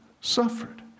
suffered